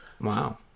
Wow